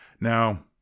Now